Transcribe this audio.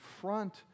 front